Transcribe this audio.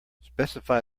specify